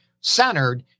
centered